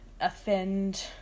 offend